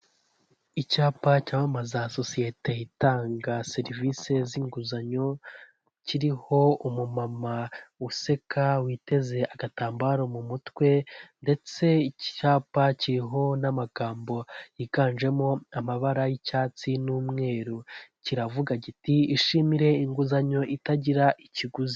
Icyapa cyamamaza sosiyete itanga serivisi z'inguzanyo kiriho umumama useka witeze agatambaro mu mutwe ndetse icyapa kiriho n'amagambo yiganjemo amabara y'icyatsi n'umweru kiravuga kiti ishimire inguzanyo itagira ikiguzi.